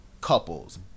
couples